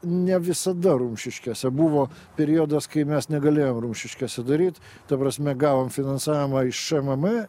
ne visada rumšiškėse buvo periodas kai mes negalėjom rumšiškėse daryt ta prasme gavom finansavimą iš šmm